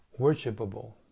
worshipable